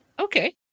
Okay